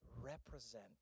represent